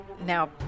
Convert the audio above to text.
now